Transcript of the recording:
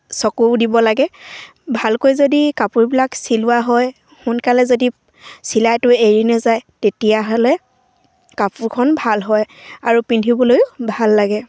চকু দিব লাগে ভালকৈ যদি কাপোৰবিলাক চিলোৱা হয় সোনকালে যদি চিলাইটো এৰি নাযায় তেতিয়াহ'লে কাপোৰখন ভাল হয় আৰু পিন্ধিবলৈও ভাল লাগে